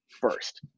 first